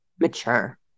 mature